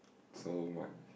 so much